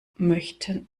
möchten